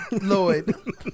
Lloyd